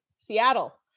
Seattle